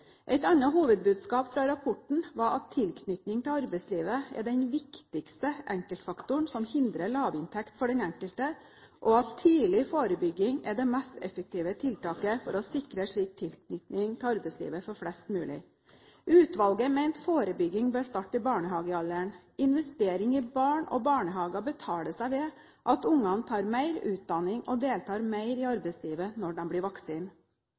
Et annet hovedbudskap fra rapporten var at tilknytning til arbeidslivet er den viktigste enkeltfaktoren som hindrer lavinntekt for den enkelte, og at tidlig forebygging er det mest effektive tiltaket for å sikre slik tilknytning til arbeidslivet for flest mulig. Utvalget mente forebygging bør starte i barnehagealderen. Investering i barn og barnehager betaler seg ved at barna tar mer utdanning og deltar mer i arbeidslivet når de blir